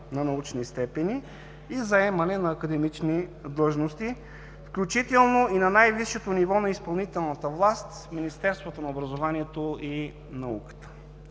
на научни степени и заемане на академични длъжности, включително и на най-висшето ниво на изпълнителната власт в Министерството на образованието и науката;